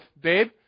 Babe